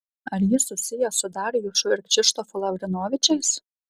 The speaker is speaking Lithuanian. ar jis susijęs su darjušu ir kšištofu lavrinovičiais